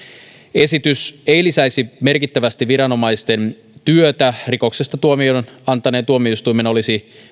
esitys ei lisäisi merkittävästi viranomaisten työtä rikoksesta tuomion antaneen tuomioistuimen olisi